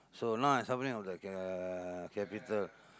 so now I suffering of the ca~ capital